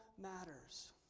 matters